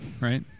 Right